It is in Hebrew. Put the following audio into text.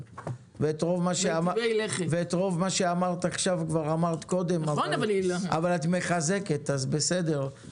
מכיוון שאנחנו ביחד איתם כתבנו אמנה לטובת האוכלוסייה של האזרחים